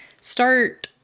start